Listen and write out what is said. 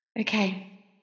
Okay